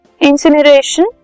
incineration